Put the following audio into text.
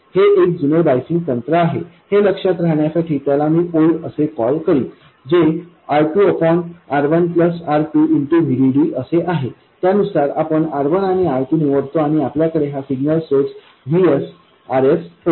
हे एक जुने बाईसिंग तंत्र आहे हे लक्षात राहण्यासाठी त्याला मी ओल्ड असे कॉल करीन जे R2R1 R2 VDD असे आहे आणि त्यानुसार आपण R1 आणि R2 निवडतो आणि आपल्याकडे हा सिग्नल सोर्स Vs Rs होता